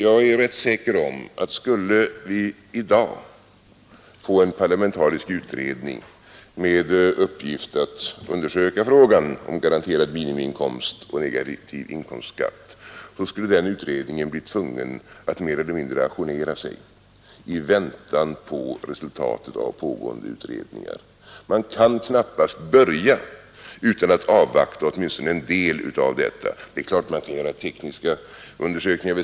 Jag är rätt säker om att skulle vi i dag få en parlamentarisk utredning med uppgift att undersöka frågan om garanterad minimiinkomst och negativ inkomstskatt skulle den utredningen bli tvungen att mer eller mindre ajournera sig i väntan på resultatet av pågående utredningar. Man kan knappast börja utan att avvakta åtminstone en del av detta. Det är klart att man kan göra tekniska undersökningar etc.